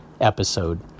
episode